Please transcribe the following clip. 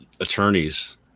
attorneys